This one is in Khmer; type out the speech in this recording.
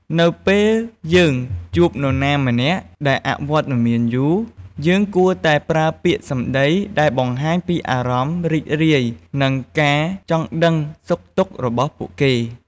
នៅពេលយើងជួបនរណាម្នាក់ដែលអវត្តមានយូរ យើងគួរតែប្រើពាក្យសម្ដីដែលបង្ហាញពីអារម្មណ៍រីករាយ និងការចង់ដឹងសុខទុក្ខរបស់ពួកគេ។